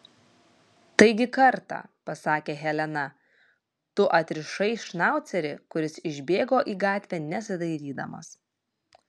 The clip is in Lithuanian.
taigi kartą pasakė helena tu atrišai šnaucerį kuris išbėgo į gatvę nesidairydamas